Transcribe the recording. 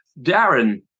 Darren